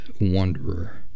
Wanderer